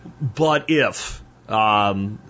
but-if